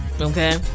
okay